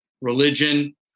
religion